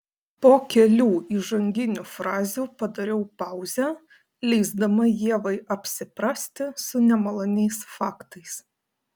po kelių įžanginių frazių padariau pauzę leisdama ievai apsiprasti su nemaloniais faktais